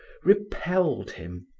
repelled him.